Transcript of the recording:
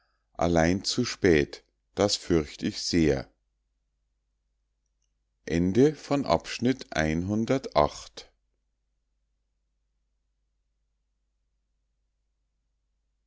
allein zu spät das fürcht ich sehr